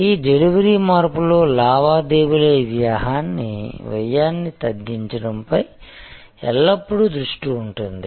ఈ డెలివరీ మార్పులో లావాదేవీల వ్యయాన్ని తగ్గించడం పై ఎల్లప్పుడూ దృష్టి ఉంటుంది